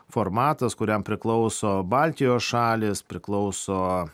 formatas kuriam priklauso baltijos šalys priklauso